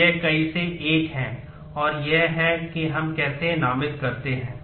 तो यह कई से 1 है और यह है कि हम कैसे नामित करते हैं